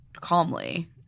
calmly